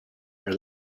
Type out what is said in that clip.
are